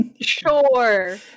sure